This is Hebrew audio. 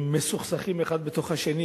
מסוכסכים אחד בתוך השני,